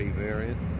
variant